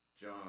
John